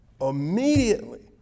immediately